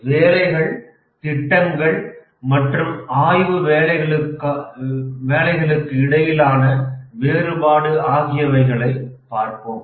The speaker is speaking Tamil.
வேலைகள் திட்டங்கள் மற்றும் ஆய்வு வேலைகளுக்கு இடையிலான வேறுபாடு ஆகியவைகளை பார்ப்போம்